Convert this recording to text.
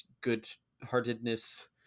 good-heartedness